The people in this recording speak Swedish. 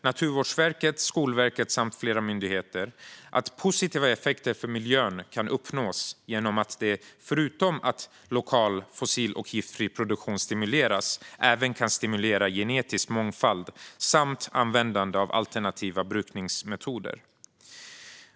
Naturvårdsverket, Skolverket och flera andra myndigheter bedömer att positiva effekter för miljön kan uppnås genom förslaget. Förutom att lokal fossil och giftfri produktion stimuleras kan även genetisk mångfald stimuleras samt användandet av alternativa brukningsmetoder ökas.